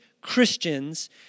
christians